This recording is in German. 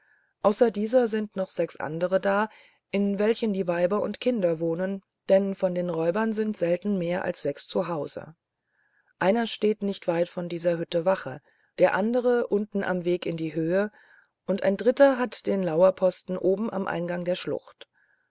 außer dieser sind noch sechs andere da in welchen die weiber und kinder wohnen denn von den räubern sind selten mehr als sechs zu hause einer steht nicht weit von dieser hütte wache der andere unten am weg in der höhe und ein dritter hat den lauerposten oben am eingang in die schlucht